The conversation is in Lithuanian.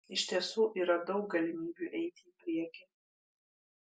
iš tiesų yra daug galimybių eiti į priekį